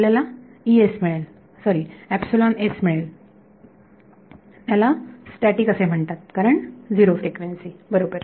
आपल्याला E S मिळेल sorry मिळेल त्याला स्टॅटिक असे म्हणतात कारण झिरो फ्रिक्वेन्सी बरोबर